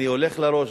אני הולך לראש,